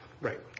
Right